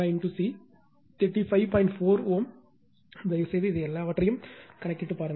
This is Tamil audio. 4 Ω தயவுசெய்து இந்த எல்லாவற்றையும் கணக்கிடுங்கள்